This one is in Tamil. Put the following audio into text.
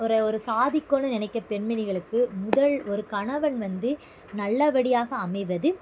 ஒரு ஒரு சாதிக்கணும் நினைக்கிற பெண்மணிகளுக்கு முதல் ஒரு கணவன் வந்து நல்லபடியாக அமைவது